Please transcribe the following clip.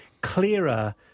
clearer